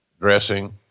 dressing